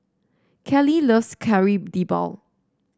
Kallie loves Kari Debal